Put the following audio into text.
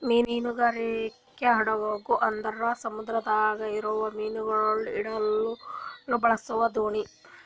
ಮೀನುಗಾರಿಕೆ ಹಡಗು ಅಂದುರ್ ಸಮುದ್ರದಾಗ್ ಇರವು ಮೀನುಗೊಳ್ ಹಿಡಿಲುಕ್ ಬಳಸ ದೋಣಿ